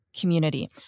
community